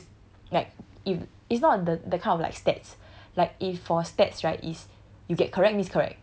it's not based on like who's like if it's not the kind of like stats like if for stats right is